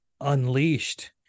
unleashed